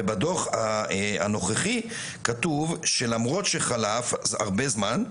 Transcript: ובדוח הנוכחי כתוב, שלמרות שחלף הרבה זמן,